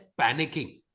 panicking